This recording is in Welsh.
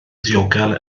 ddiogel